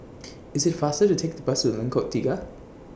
IT IS faster to Take The Bus to Lengkok Tiga